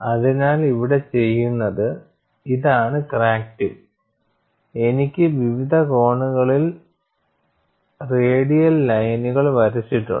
അതിനാൽ ഇവിടെ ചെയ്യുന്നത് ഇതാണ് ക്രാക്ക് ടിപ്പ് എനിക്ക് വിവിധ കോണുകളിൽ റേഡിയൽ ലൈനുകൾ വരച്ചിട്ടുണ്ട്